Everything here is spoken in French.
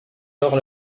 alors